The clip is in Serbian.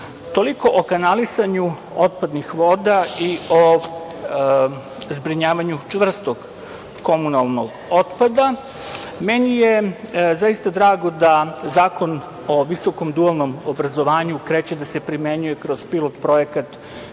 Toliko o kanalisanju otpadnih voda i o zbrinjavanju čvrstog komunalnog otpada. Meni je, zaista drago da Zakon o visokom dualnom obrazovanju kreće da se primenjuje kroz pilot projekat